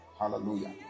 Hallelujah